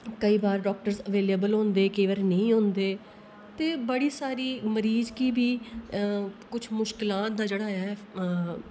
केंई बार doctor available होंदे कोई बारी नेईं होंदे ते बड़ी सारी मरीज गी मुश्कलां दा जेह्ड़ा ऐ हां